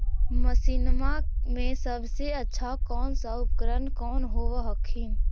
मसिनमा मे सबसे अच्छा कौन सा उपकरण कौन होब हखिन?